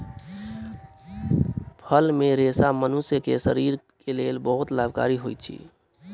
फल मे रेशा मनुष्यक शरीर के लेल बहुत लाभकारी होइत अछि